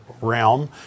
realm